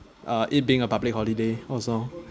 uh it being a public holiday also